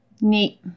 Neat